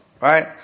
Right